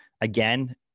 again